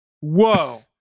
whoa